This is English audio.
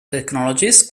technologies